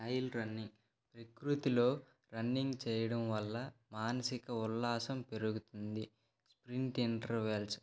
trial running ప్రకృతిలో running చెయ్యడం వల్ల మానసిక ఉల్లాసం పెరుగుతుంది స్ప్రింట్ ఇంటర్వెల్స్